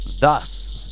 thus